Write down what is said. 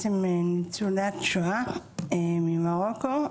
ניצולת שואה ממרוקו,